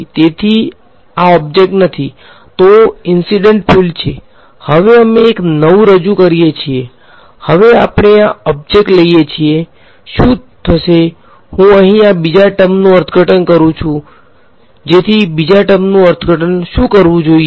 તેથી આ ઓબ્જેક્ટ નથી તો ઈન્સીડંટ ફિલ્ડ છે હવે અમે એક નવું રજૂ કરીએ છીએ હવે આપણે આ ઓબ્જેક્ટ લઈએ છીએ શું થશે હું અહીં આ બીજા ટર્મનુ અર્થઘટન કરું છું જેથી બીજા ટર્મનુ અર્થઘટન શું કરવું જોઈએ